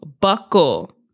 buckle